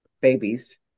Babies